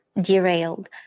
derailed